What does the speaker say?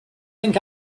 think